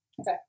Okay